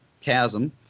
chasm